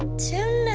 to